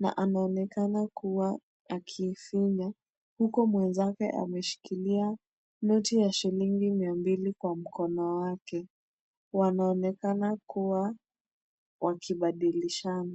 na anaonekana kuwa akiifinya huku mwenzake ameshikilia noti ya shilingi mia mbili kwa mkono wake. Wanaonekana kuwa wakibadilishana.